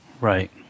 Right